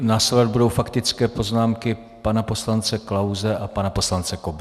Následovat budou faktické poznámky pana poslance Klause a pana poslance Kobzy.